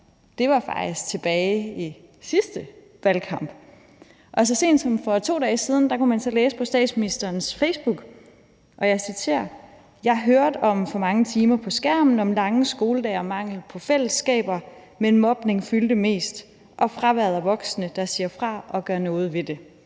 det var faktisk tilbage i sidste valgkamp. Og så sent som for 2 dage siden kunne man så læse på statsministerens facebookside: »Jeg hørte om for mange timer på skærmen, lange skoledage og mangel på fællesskaber. Men mobning fyldte mest. Og fraværet af voksne, der siger fra og gør noget ved det.«